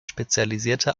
spezialisierte